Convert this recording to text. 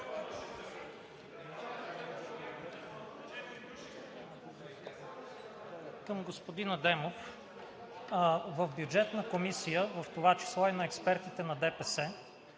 Към господин Адемов. В Бюджетната комисия, в това число и на експертите на ДПС,